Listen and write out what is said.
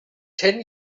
ten